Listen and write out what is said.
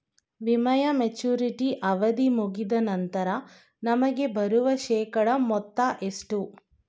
ವಿಮೆಯ ಮೆಚುರಿಟಿ ಅವಧಿ ಮುಗಿದ ನಂತರ ನಮಗೆ ಬರುವ ಶೇಕಡಾ ಮೊತ್ತ ಎಷ್ಟು?